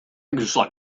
inside